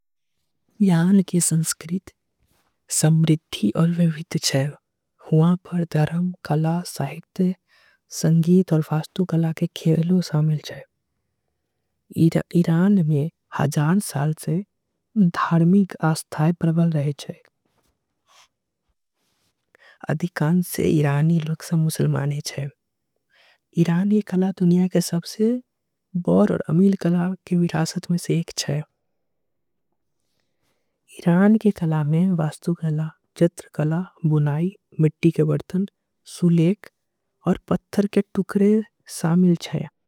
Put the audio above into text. ईरान के संस्कृति समृद्ध और विविध छे। कला साहित्य वास्तु कला शामिल छे ईरान। में हजार साल से धार्मिक आस्था प्रबल रहे छे। अधिकांश ईरानी मुस्लमान छे ईरानी कला। दुनिया के सबसे बड़ कला में से एक छे।